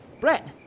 Brett